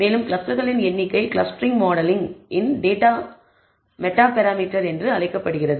மேலும் கிளஸ்டர்களின் எண்ணிக்கை க்ளஸ்டரிங் மாடலிங் இன் மெட்டா பராமீட்டர் என்று அழைக்கப்படுகிறது